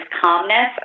calmness